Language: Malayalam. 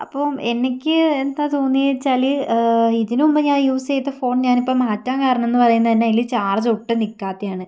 അപ്പോൾ എനിക്ക് എന്താ തോന്നിയേച്ചാൽ ഇതിന് മുമ്പ് ഞാൻ യൂസ് ചെയ്ത ഫോൺ ഞാൻ ഇപ്പം മാറ്റാൻ കാരണമെന്നു പറയുന്നതുതന്നെ അതിൽ ചാർജ് ഒട്ടും നിൽക്കാത്തതാണ്